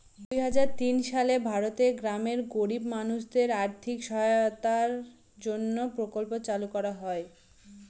দুই হাজার তিন সালে ভারতের গ্রামের গরিব মানুষদের আর্থিক সহায়তার জন্য প্রকল্প চালু করা হয়